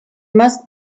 must